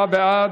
37 בעד,